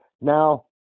Now